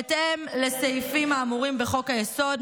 בהתאם לסעיפים האמורים בחוק-היסוד,